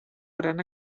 gran